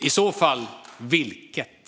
I så fall vilket?